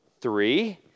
three